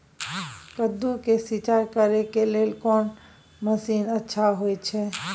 कद्दू के सिंचाई करे के लेल कोन मसीन अच्छा होय छै?